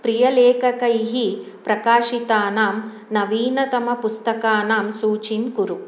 प्रियलेखकैः प्रकाशितानां नवीनतमपुस्तकानां सूचीं कुरु